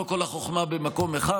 לא כל החוכמה במקום אחד.